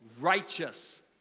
righteous